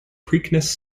preakness